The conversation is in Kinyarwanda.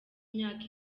imyaka